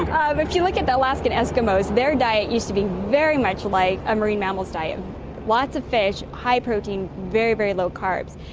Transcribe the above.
um if you look at the alaskan eskimos, their diet used to be very much like a marine mammal's diet lots of fish, high protein, very, very few carbs.